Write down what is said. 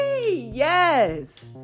Yes